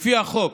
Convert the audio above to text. לפי החוק,